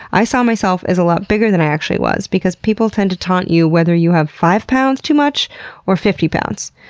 i saw myself as a lot bigger than i actually was because people tend to taunt you whether you have five lbs too much or fifty lbs.